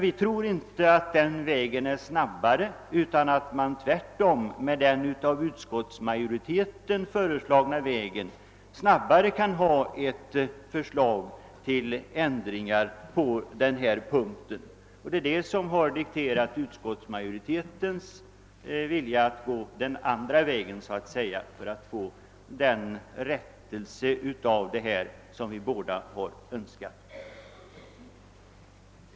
Vi tror inte att den vägen är snabbare, utan menar tvärtom att man med den av utskottsmajoriteten föreslagna metoden fortare kan få fram ett förslag till ändringar på denna punkt. Det är detta som har föranlett utskottsmajoriteten att gå den andra vägen för att åstadkomma den rättelse av reglerna som vi från båda håll har önskat.